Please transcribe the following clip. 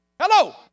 Hello